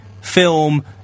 film